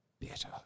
better